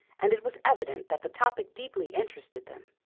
and it was evident that the topic deeply interested them.